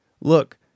Look